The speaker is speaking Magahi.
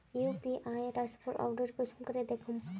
यु.पी.आई ट्रांसफर अपडेट कुंसम करे दखुम?